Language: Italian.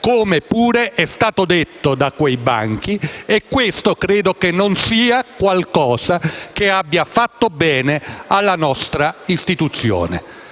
come pure è stato detto da quei banchi. Credo che questo sia qualcosa che non fa bene alla nostra istituzione.